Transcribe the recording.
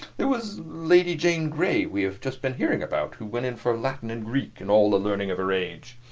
there was lady jane grey we have just been hearing about, who went in for latin and greek and all the learning of her age.